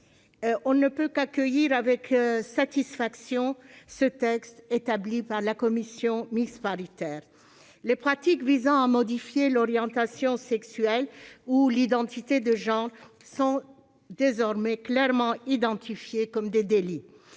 on ne peut qu'accueillir avec satisfaction le texte établi par la commission mixte paritaire. Les pratiques visant à modifier l'orientation sexuelle ou l'identité de genre sont désormais clairement identifiées comme des délits.